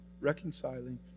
reconciling